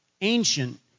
ancient